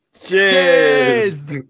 Cheers